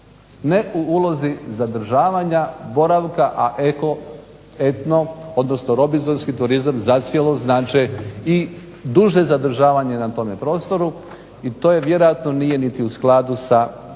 ne u ulozi zadržavanja boravka a eko-etno odnosno robinzonski turizam zacijelo znače i duže zadržavanje na tome prostoru i to vjerojatno nije niti u skladu sa